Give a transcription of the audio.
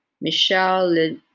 Michelle